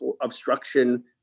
obstruction